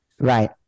Right